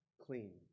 clean